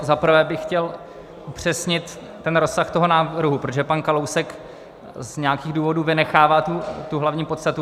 Za prvé bych chtěl upřesnit ten rozsah toho návrhu, protože pan Kalousek z nějakých důvodů vynechává tu hlavní podstatu.